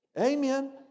Amen